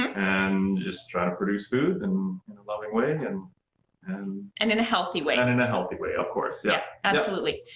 and just trying to produce food and in a loving way. and and and and in a healthy way. and in a healthy way, of course, yeah. absolutely,